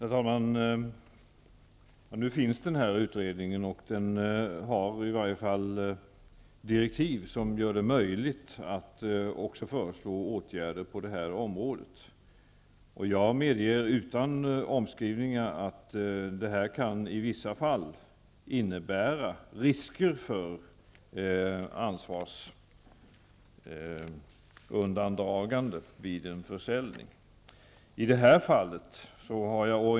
Herr talman! Det finns nu en utredning, och den har fått direktiv som gör det möjligt att också föreslå åtgärder på det här området. Jag medger utan omskrivningar att detta kan i vissa fall innebära risker för ansvarsundandragande vid en försäljning.